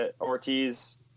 Ortiz